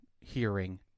hearing